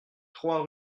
trois